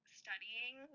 studying